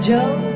Joe